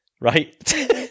right